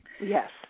Yes